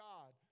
God